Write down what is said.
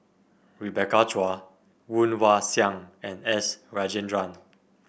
Rebecca Chua Woon Wah Siang and S Rajendran